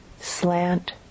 slant